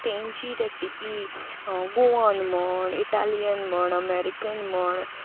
तांची रेसिपी गोवन म्हण इटालियन म्हण अमेरिकन म्हण